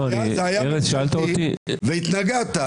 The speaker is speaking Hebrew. ארז, שאלת אותי שאלה.